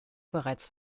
bereits